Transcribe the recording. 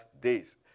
days